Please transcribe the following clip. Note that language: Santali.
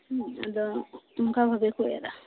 ᱦᱮᱸ ᱟᱫᱚ ᱚᱝᱠᱟ ᱵᱷᱟᱵᱮ ᱠᱚ ᱮᱨᱟ